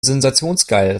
sensationsgeil